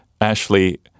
Ashley